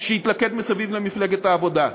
שיתלכד מסביב למפלגת העבודה.